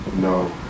No